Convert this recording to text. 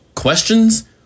Questions